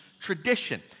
Tradition